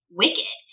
wicked